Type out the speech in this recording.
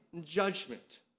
judgment